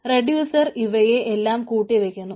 reducer ഇവയെ എല്ലാം കൂട്ടി വക്കുന്നു